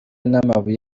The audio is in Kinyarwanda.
n’amabuye